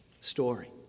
story